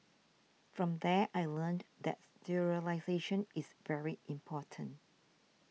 from there I learnt that sterilisation is very important